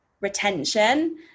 retention